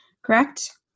correct